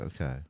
okay